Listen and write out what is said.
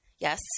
Yes